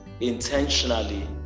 intentionally